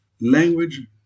language